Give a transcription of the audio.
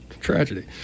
tragedy